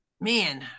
man